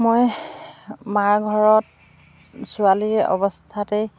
মই মাৰ ঘৰত ছোৱালীৰ অৱস্থাতেই